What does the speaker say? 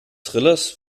thrillers